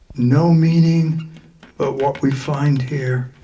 no meaning but what we find here